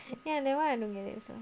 ya that one I don't get it also